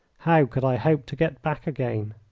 how could i hope to get back again?